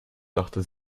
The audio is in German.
dachte